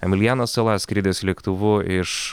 emilijanas sala skridęs lėktuvu iš